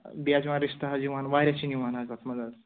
بیٚیہِ حظ یِوان رِستہٕ حظ یِوان واریاہ سِنۍ یِوان حظ تَتھ منٛز حظ